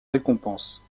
récompense